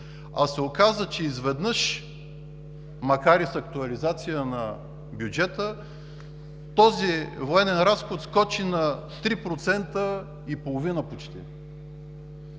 а се оказа, че изведнъж, макар и с актуализация на бюджета, този военен разход скочи почти